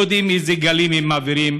אנחנו לא יודעים איזה גלים הן מעבירות,